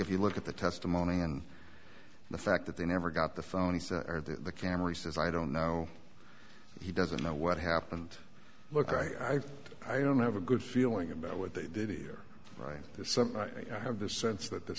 if you look at the testimony and the fact that they never got the phone he said the camera says i don't know he doesn't know what happened look i i don't have a good feeling about what they did here right there's some i think i have the sense that there's